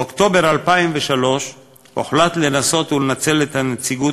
באוקטובר 2003 הוחלט לנסות ולנצל את הנציגות